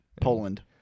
Poland